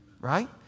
Right